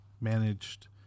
managed